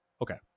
Okay